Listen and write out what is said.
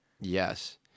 Yes